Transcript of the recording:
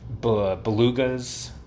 belugas